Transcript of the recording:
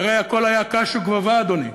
והרי הכול היה קש וגבבה, אדוני.